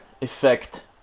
effect